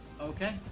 okay